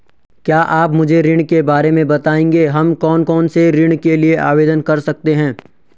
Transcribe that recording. क्या आप मुझे ऋण के बारे में बताएँगे हम कौन कौनसे ऋण के लिए आवेदन कर सकते हैं?